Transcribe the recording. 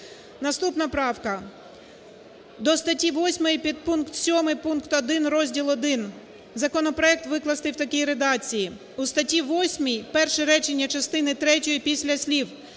Наступна правка до статті 8, підпункт 7 пункт 1 розділ І. Законопроект викласти в такій редакції. У статті 8 перше речення частини третьої після слів